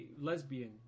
lesbian